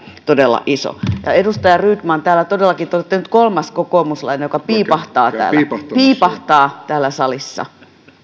todella iso edustaja rydman te olette todellakin nyt kolmas kokoomuslainen joka piipahtaa täällä piipahtaa täällä salissa